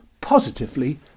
positively